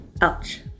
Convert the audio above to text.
Ouch